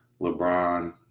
lebron